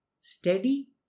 Steady